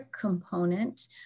component